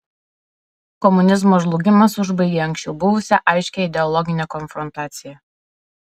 komunizmo žlugimas užbaigė anksčiau buvusią aiškią ideologinę konfrontaciją